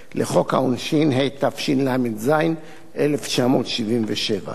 התשל"ז 1977. זאת,